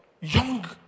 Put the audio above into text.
young